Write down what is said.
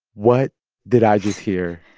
what did i just hear?